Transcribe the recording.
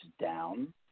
down